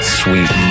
sweet